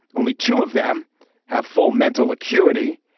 only two of them have full mental acuity.